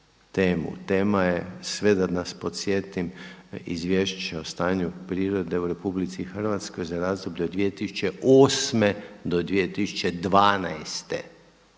Tema je sve da nas podsjetim Izvješće o stanju prirode u Republici Hrvatskoj za razdoblje od 2008. do 2012.